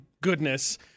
goodness